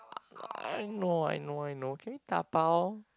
I know I know I know can we dabao